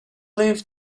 leave